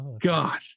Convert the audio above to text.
God